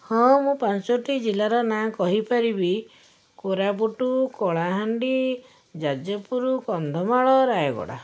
ହଁ ମୁଁ ପାଞ୍ଚୋଟି ଜିଲ୍ଲାର ନାଁ କହିପାରିବି କୋରାପୁଟ କଳାହାଣ୍ଡି ଯାଜପୁର କନ୍ଧମାଳ ରାୟଗଡ଼ା